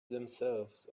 themselves